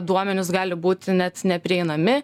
duomenys gali būt net neprieinami